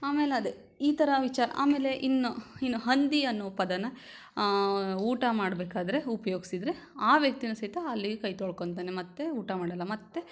ಆಮೇಲೆ ಅದೇ ಈ ಥರ ವಿಚಾ ಆಮೇಲೆ ಇನ್ನು ಇನ್ನು ಹಂದಿ ಅನ್ನೋ ಪದನ ಊಟ ಮಾಡಬೇಕಾದ್ರೆ ಉಪಯೋಗ್ಸಿದ್ರೆ ಆ ವ್ಯಕ್ತಿನೂ ಸಹಿತ ಅಲ್ಲಿಗೆ ಕೈ ತೊಳ್ಕೊತಾನೆ ಮತ್ತೆ ಊಟ ಮಾಡೋಲ್ಲ ಮತ್ತೆ